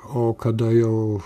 o kada jau